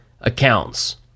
accounts